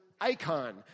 icon